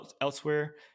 elsewhere